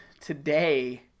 today